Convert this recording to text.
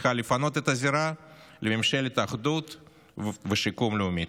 צריכה לפנות את הזירה לממשלת אחדות ושיקום לאומי.